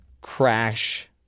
crash